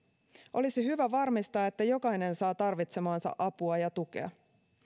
olisi hyvä varmistaa että jokainen saa tarvitsemaansa apua ja tukea